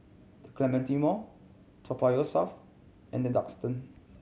The Clementi Mall Toa Payoh South and The Duxton